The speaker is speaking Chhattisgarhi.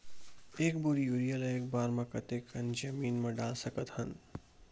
एक बोरी यूरिया ल एक बार म कते कन जमीन म डाल सकत हन?